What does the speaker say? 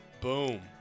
Boom